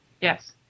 Yes